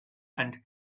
and